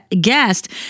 guest